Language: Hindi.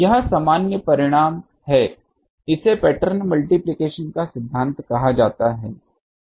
यह सामान्य परिणाम है इसे पैटर्न मल्टिप्लिकेशन का सिद्धांत कहा जाता है